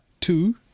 two